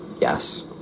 Yes